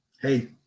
hey